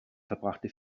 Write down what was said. verbrachte